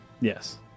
yes